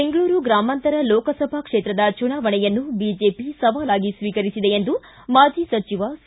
ಬೆಂಗಳೂರು ಗ್ರಾಮಾಂತರ ಲೋಕಸಭಾ ಕ್ಷೇತ್ರದ ಚುನಾವಣೆಯನ್ನು ಬಿಜೆಪಿ ಸವಾಲಾಗಿ ಸ್ವೀಕರಿಸಿದೆ ಎಂದು ಮಾಜಿ ಸಚಿವ ಸಿ